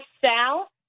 Sal